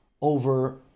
over